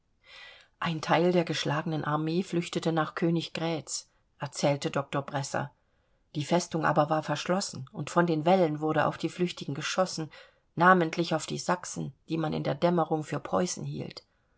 ein teil der geschlagenen armee flüchtete nach königgrätz erzählte doktor bresser die festung aber war verschlossen und von den wällen wurde auf die flüchtigen geschossen namentlich auf die sachsen die man in der dämmerung für preußen hielt